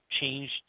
changed